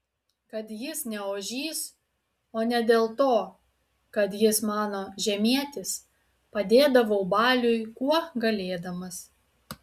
kad jis ne ožys o ne dėl to kad jis mano žemietis padėdavau baliui kuo galėdamas